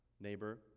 neighbor